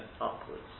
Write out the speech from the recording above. upwards